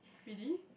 really